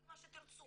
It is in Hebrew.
כל משרדי הממשלה